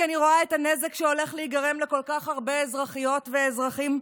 כי אני רואה את הנזק שהולך להיגרם לכל כך הרבה אזרחיות ואזרחים,